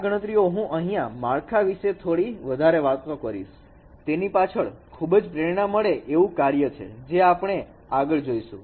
આ ગણતરીઓ હું અહીંયા માળખા વિશે થોડી વધારે વાતો કરીશું તેની પાછળ ખૂબ જ પ્રેરણા મળે એવું કાર્ય છે જે આપણે આગળ જોઈશું